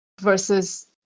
versus